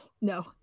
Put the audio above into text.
no